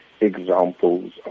examples